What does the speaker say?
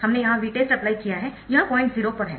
हमने यहां Vtest apply किया है यह पॉइंट 0 पर है